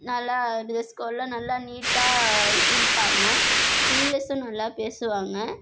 நல்லா டிரெஸ் கோட்லாம் நல்லா நீட்டாக இருப்பாங்க இங்கிலீஸும் நல்லா பேசுவாங்க